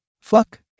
Fuck